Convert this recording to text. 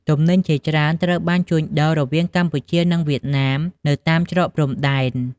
ទំនិញជាច្រើនត្រូវបានជួញដូររវាងកម្ពុជានិងវៀតណាមនៅតាមច្រកព្រំដែន។